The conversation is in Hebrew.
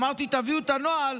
אמרתי: תביאו את הנוהל,